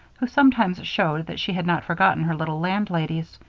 who sometimes showed that she had not forgotten her little landladies.